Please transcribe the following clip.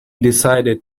decided